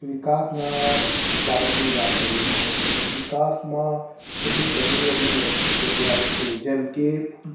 વિકાસના બાબતની વાત કરીએ તો વિકાસમાં એટલી ઘણી બધી જગ્યાઓ છે જેમકે